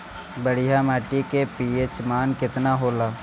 बढ़िया माटी के पी.एच मान केतना होला?